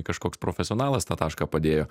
kažkoks profesionalas tą tašką padėjo